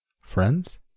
Friends